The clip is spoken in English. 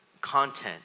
content